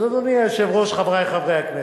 אדוני היושב-ראש, חברי חברי הכנסת,